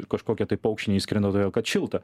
kažkokie tai paukščiai neišskrenda todėl kad šilta